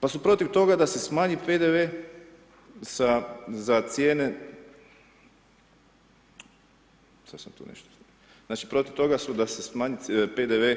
Pa su protiv tog da se smanji PDV za cijene, sad sam tu nešto, znači protiv toga su da se smanji PDV